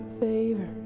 favor